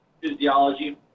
physiology